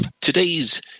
today's